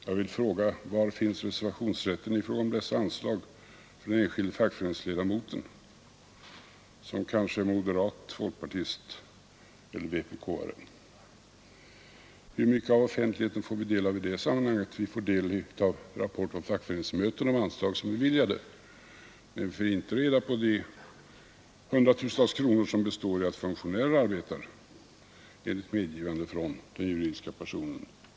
Jag vill fråga: Var finns när det gäller anslag från en fackförening reservationsrätten för den enskilde fackföreningsmedlemmen, som kanske är moderat, folkpartist het för politiska partier att redovisa bidrag från juridiska personer eller vpk:are? Hur mycket av offentlighet har vi i det sammanhanget? På fackföreningsmötena lämnas rapport om de anslag som är beviljade, men vi får inte veta någonting om de värden motsvarande hundratusentals kronor som ligger i att funktionärer arbetar för ett visst parti med medgivande från den juridiska personen.